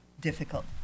difficult